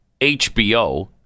HBO